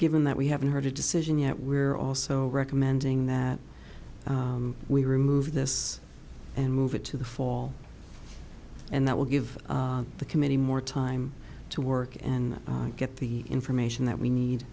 given that we haven't heard a decision yet we're also recommending that we remove this and move it to the fall and that will give the committee more time to work and get the information that we need